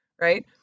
Right